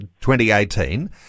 2018